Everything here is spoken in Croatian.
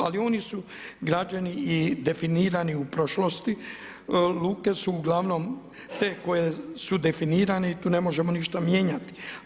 Ali oni su građeni i definirani u prošlosti, luke su uglavnom te koje su definirane i tu ne možemo ništa mijenjati.